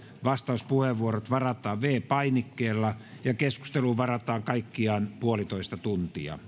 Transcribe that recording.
vastauspuheenvuorot varataan viidennellä painikkeella ja keskusteluun varataan kaikkiaan puolitoista tuntia